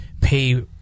pay